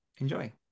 Enjoy